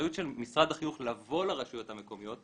האחריות של משרד החינוך לבוא לרשויות המקומיות,